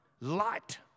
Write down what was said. light